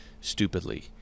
stupidly